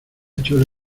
chole